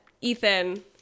Ethan